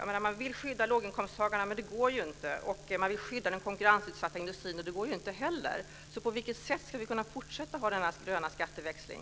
Man vill skydda låginkomsttagarna, men det går inte. Man vill skydda den konkurrensutsatta industrin, men det går ju inte heller. På vilket sätt ska vi kunna fortsätta att ha denna gröna skatteväxling?